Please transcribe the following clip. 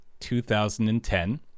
2010